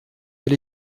elle